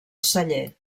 celler